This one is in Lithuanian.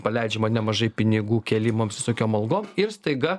paleidžiama nemažai pinigų kėlimams visokiom algom ir staiga